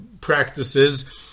practices